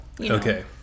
Okay